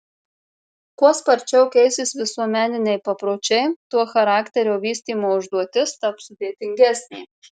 kuo sparčiau keisis visuomeniniai papročiai tuo charakterio vystymo užduotis taps sudėtingesnė